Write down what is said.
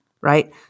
right